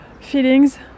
feelings